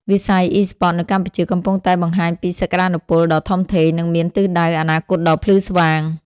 វិស័យអុីស្ព័តនៅកម្ពុជាកំពុងតែបង្ហាញពីសក្តានុពលដ៏ធំធេង និងមានទិសដៅអនាគតដ៏ភ្លឺស្វាង។